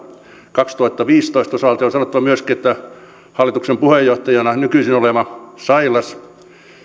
kaksituhattaviisitoista osalta ja on sanottava myöskin että hallituksen puheenjohtajana nykyisin oleva sailas